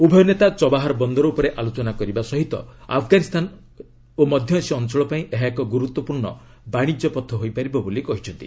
ଉଭୟ ନେତା ଚବାହାର ବନ୍ଦର ଉପରେ ଆଲୋଚନା କରିବା ସହ ଆଫଗାନିସ୍ତାନ ଓ ମଧ୍ୟଏସୀୟ ଅଞ୍ଚଳ ପାଇଁ ଏହା ଏକ ଗୁରୁତ୍ୱପୂର୍ଣ୍ଣ ବାଣିଜ୍ୟପଥ ହୋଇପାରିବ ବୋଲି କହିଛନ୍ତି